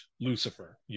Lucifer